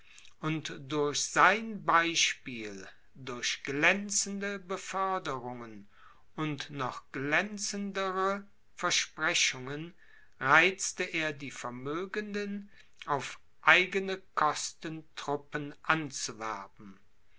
und durch sein beispiel durch glänzende beförderungen und noch glänzendere versprechungen reizte er die vermögenden auf eigene kosten truppen